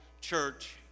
church